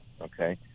okay